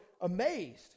amazed